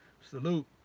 Salute